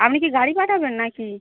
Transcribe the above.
আপনি কি গাড়ি পাঠাবেন নাকি